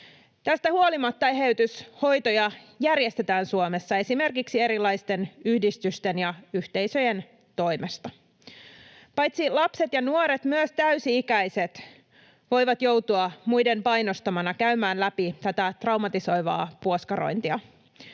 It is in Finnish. huolimatta eheytyshoitoja järjestetään Suomessa esimerkiksi erilaisten yhdistysten ja yhteisöjen toimesta. Paitsi lapset ja nuoret myös täysi-ikäiset voivat joutua muiden painostamina käymään läpi tätä traumatisoivaa puoskarointia.